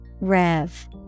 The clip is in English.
Rev